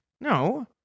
No